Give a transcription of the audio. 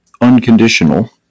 unconditional